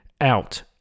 out